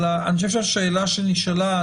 אני חושב שהשאלה שנשאלה,